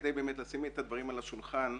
כדי לשים את הדברים על השולחן.